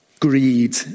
Greed